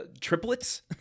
triplets